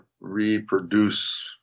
reproduce